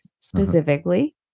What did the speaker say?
specifically